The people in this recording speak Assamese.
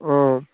অঁ